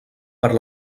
per